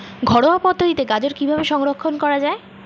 ঘরোয়া পদ্ধতিতে গাজর কিভাবে সংরক্ষণ করা?